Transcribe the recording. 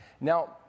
Now